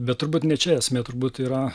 bet turbūt ne čia esmė turbūt yra